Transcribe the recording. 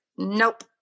nope